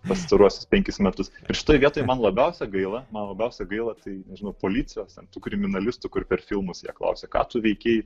pastaruosius penkis metus ir šitoj vietoj man labiausiai gaila man labiausiai gaila tai nežinau policijos ten kriminalistų kur per filmus jie klausia ką tu veikei